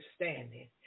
understanding